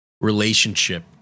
relationship